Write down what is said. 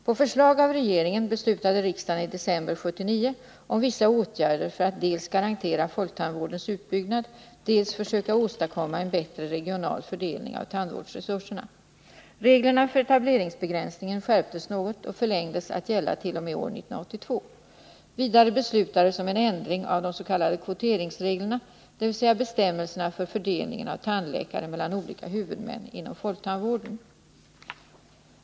På förslag av regeringen beslutade riksdagen i december 1979 om vissa åtgärder för att dels garantera folktandvårdens utbyggnad, dels försöka åstadkomma en bättre regional fördelning av tandvårdsresurserna. Reglerna för etableringsbegränsningen skärptes något och förlängdes till att gälla t.o.m. år 1982. Vidare beslutades om en ändring av de s.k. kvoteringsreglerna, dvs. bestämmelserna för fördelningen av tandläkare mellan olika huvudmän inom folktandvården.